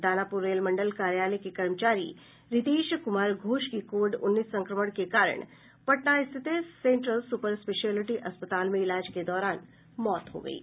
Danapur rail मंडल कार्यालय के कर्मचारी रितेश कुमार घोष की कोविड उन्नीस संक्रमण के कारण पटना स्थित सेन्ट्रल सुपर स्पेशियलिटी अस्पताल में इलाज के दौरान मौत हो गयी